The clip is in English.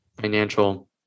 financial